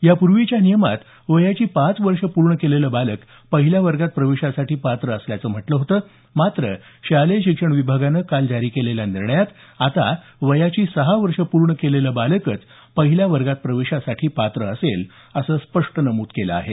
यापूर्वीच्या नियमात वयाची पाच वर्ष पूर्ण केलेलं बालक पहिल्या वर्गात प्रवेशासाठी पात्र असल्याचं म्हटलं होतं मात्र शालेय शिक्षण विभागानं काल जारी केलेल्या निर्णयात आता वयाची सहा वर्ष पूर्ण केलेलं बालकच पहिल्या वर्गात प्रवेशासाठी पात्र असेल असं स्पष्ट नमूद केलं आहे